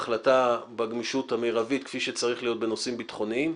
ההחלטה בגמישות המרבית כפי שצריך להיות בנושאים ביטחוניים,